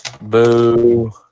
Boo